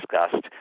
discussed